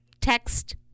text